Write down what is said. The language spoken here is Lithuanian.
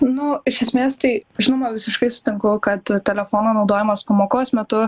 nu iš esmės tai žinoma visiškai sutinku kad telefono naudojimas pamokos metu